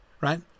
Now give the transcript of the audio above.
right